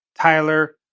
Tyler